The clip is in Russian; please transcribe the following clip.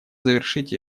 завершить